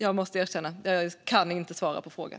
Jag måste erkänna att jag inte kan svara på frågan.